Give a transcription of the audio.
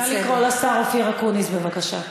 נא לקרוא לשר אופיר אקוניס, בבקשה.